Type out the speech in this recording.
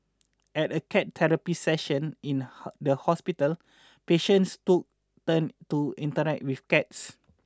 at a cat therapy session in the hospital patients took turns to interact with cats